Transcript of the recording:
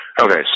Okay